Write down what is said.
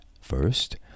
First